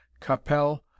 capel